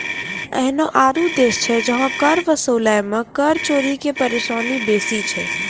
एहनो आरु देश छै जहां कर वसूलै मे कर चोरी के परेशानी बेसी छै